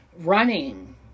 running